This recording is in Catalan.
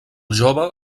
jove